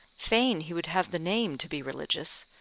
fain he would have the name to be religious,